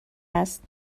است